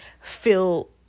feel